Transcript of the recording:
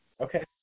Okay